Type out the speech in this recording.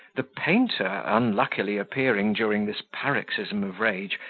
the painter unluckily appearing during this paroxysm of rage,